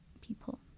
people